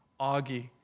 Augie